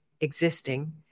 existing